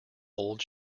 old